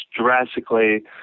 drastically